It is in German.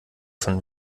von